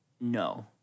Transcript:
No